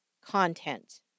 content